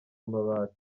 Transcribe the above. amabati